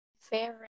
Favorite